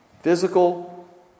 Physical